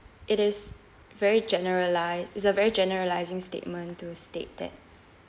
it is very generalise~ is a very generalising statement to state that